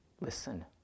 listen